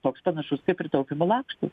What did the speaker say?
toks panašus kaip ir taupymo lakštai